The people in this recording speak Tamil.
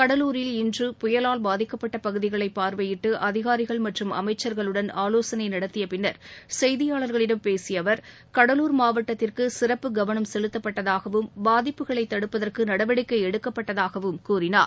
கடலூரில் இன்று புயலால் பாதிக்கப்பட்ட பகுதிகளை பார்வையிட்டு அதிகாரிகள் மற்றும் அமைச்சர்களுடன் ஆலோசனை நடத்திய பின்னர் செய்தியாளர்களிடம் பேசிய அவர் கடலூர் மாவட்டத்திற்கு சிறப்பு கவனம் செலுத்தப்பட்டதாகவும் பாதிப்புகளை தடுப்பதற்கு நடவடிக்கை எடுக்கப்பட்டதாக கூறினார்